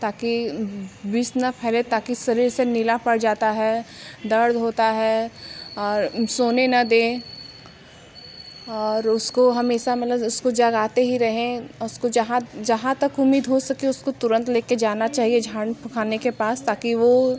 ताकि विश ना फैले ताकि शरीर सब नीला पड़ जाता है दर्द होता है और सोने ना दें और उसको हमेशा मतलब उसको जगाते ही रहें उसको जहाँ जहाँ तक उम्मीद हो सके उसको तुरंत ले के जाना चाहिए झाड़ू फुंकाने के पास ताकि वो